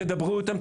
תדברו איתם,